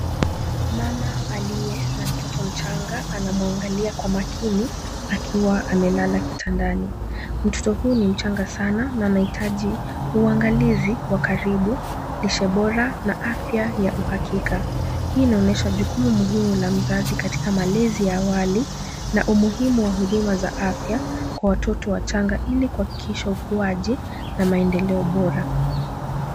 Mama aliye na mtoto mchanga anamwangalia kwa makini, akiwa amelala kitandani. Mtoto huyu ni mchanga sana na anahitaji uangalizi wa karibu, lishe bora na afya ya uhakika. Hii inaonyesha jukumu muhimu la mzazi katika malezi ya awali na umuhimu wa huduma za afya kwa watoto wachanga ili kuhakikisha ukuaji na maendeleo bora.